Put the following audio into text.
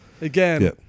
Again